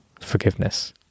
forgiveness